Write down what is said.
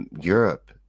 Europe